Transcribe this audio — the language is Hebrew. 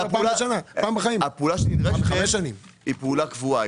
הפעולה שנדרשת היא קבועה.